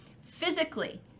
physically